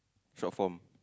short form